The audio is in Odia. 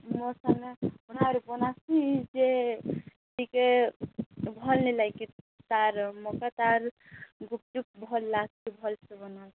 ମୋ ସାଙ୍ଗରେ ଆସିଛି ଯେ ଟିକେ ଭଲ ଲାଗେ ତାର ମକା ତାର ଗୁପ୍ଚୁପ୍ ଭଲ୍ ଲାଗ୍ସି ଭଲ୍ ସେ ବନା